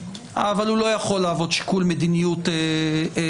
אבל הוא לא יכול להוות שיקול מדיניות בלעדי,